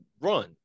run